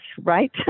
right